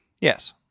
Yes